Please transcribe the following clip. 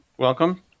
Welcome